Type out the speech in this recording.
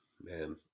man